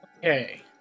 Okay